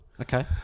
Okay